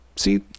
see